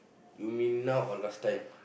you make now or last time